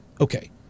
Okay